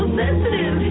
sensitive